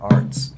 Arts